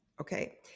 Okay